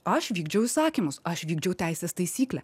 aš vykdžiau įsakymus aš vykdžiau teisės taisyklę